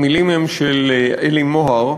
המילים הן של עלי מוהר,